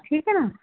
ٹھیک ہے نہ